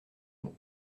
mot